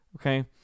Okay